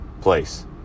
place